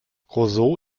roseau